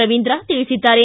ರವೀಂದ್ರ ತಿಳಿಸಿದ್ದಾರೆ